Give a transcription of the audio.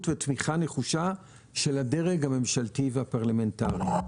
ותמיכה נחושה של הדרג הממשלתי והפרלמנטרי.